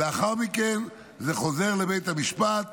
לאחר מכן זה חוזר לבית המשפט,